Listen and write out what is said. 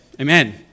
amen